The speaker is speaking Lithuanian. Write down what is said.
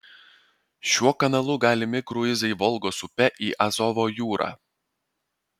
šiuo kanalu galimi kruizai volgos upe į azovo jūrą